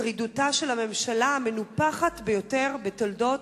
שרידותה של הממשלה המנופחת ביותר בתולדות